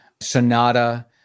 Sonata